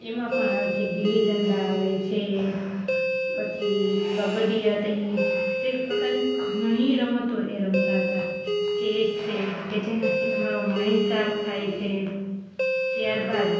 એમાં પણ આવે છે ગિલ્લી દંડા આવે છે પછી કબડ્ડી હતી તે એક પ્રકારની ઘણી રમતો એ રમતા હતા ચેસ છે કે જેનાંથી તમારું માઇંડ સાર્પ થાય છે ત્યાર બાદ